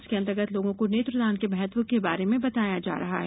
इसके अंतर्गत लोगों को नेत्रदान के महत्व के बारे में बताया जा रहा है